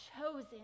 chosen